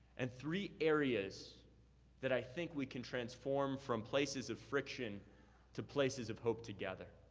and three areas that i think we can transform from places of friction to places of hope together.